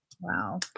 Wow